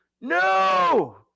No